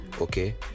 okay